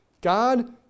God